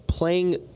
Playing